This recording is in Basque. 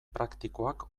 praktikoak